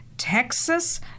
Texas